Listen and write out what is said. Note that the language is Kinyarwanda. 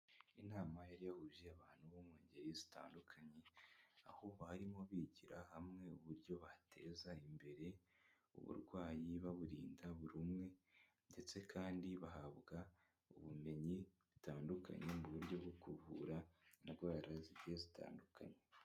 Inama yari yahuzuye abantu bo mu ngeri zitandukanye, aho barimo bigira hamwe uburyo bateza imbere, uburwayi baburinda buri umwe, ndetse kandi bahabwa ubumenyi butandukanye, mu buryo bwo kuvura indwara zigiye zitandukanye.